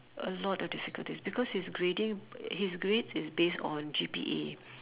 a lot of difficulties because his grading his grades is based on G_P_A